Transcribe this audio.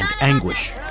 anguish